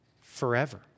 forever